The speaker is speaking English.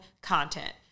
content